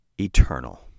eternal